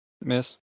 Miss